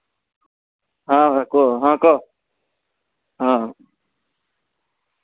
ହଁ କୁହ ହଁ କହ ହଁ